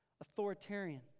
Authoritarian